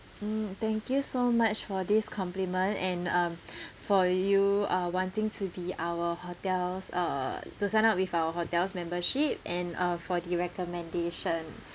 mm thank you so much for this compliment and um for you uh wanting to be our hotel's uh to sign up with our hotel's membership and uh for the recommendation